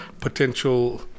potential